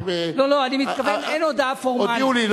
הודיעו לי.